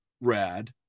rad